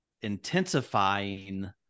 intensifying